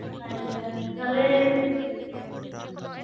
ᱟᱪᱪᱷᱟ ᱛᱟᱦᱞᱮ